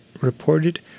reported